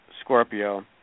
Scorpio